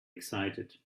excited